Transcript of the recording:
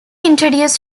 introduced